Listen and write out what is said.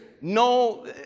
no